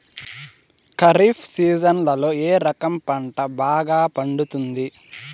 ఖరీఫ్ సీజన్లలో ఏ రకం పంట బాగా పండుతుంది